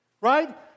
right